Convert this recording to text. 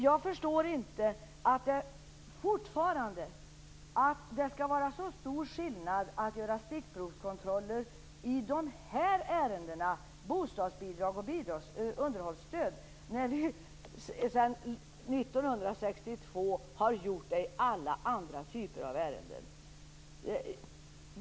Jag förstår fortfarande inte att det skall vara så stor skillnad att göra stickprovskontroller i dessa ärenden, bostadsbidrag och underhållsstöd, när vi sedan 1962 har gjort det i alla andra typer av ärenden.